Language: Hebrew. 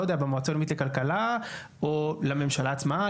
במועצה הלאומית לכלכלה או לממשלה עצמה,